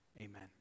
Amen